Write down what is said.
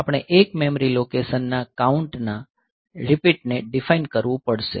આપણે એક મેમરી લોકેશનના કાઉન્ટના રીપીટને ડીફાઇન કરવું પડશે